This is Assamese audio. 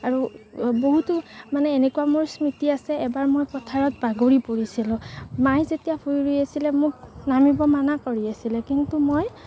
আৰু বহুতো মানে এনেকুৱা মোৰ স্মৃতি আছে এবাৰ মই পথাৰত বাগৰি পৰিছিলোঁ মায়ে যেতিয়া ভূই ৰুই আছিলে মোক নামিব মানা কৰি আছিলে কিন্তু মই